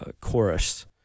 chorus